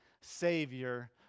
Savior